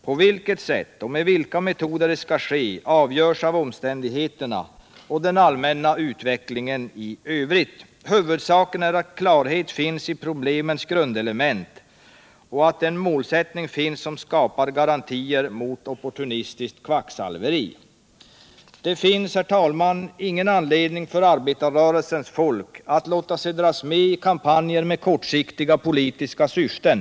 På vilket sätt och med vilka metoder detta skall ske avgöres av omständigheterna och av den allmänna utvecklingen i övrigt. Huvudsaken är att klarhet finnes i problemens grundelement och att en målsättning finns som skapar garantier mot opportunistiskt kvacksalveri.” Det finns ingen anledning för arbetarrörelsens folk att låta sig dras med i kampanjer med kortsiktiga politiska syften.